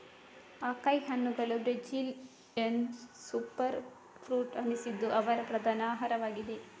acai ಹಣ್ಣುಗಳು Brazilian super fruit ಅನಿಸಿದ್ದು ಅವರ ಪ್ರಧಾನ ಆಹಾರವಾಗಿದೆ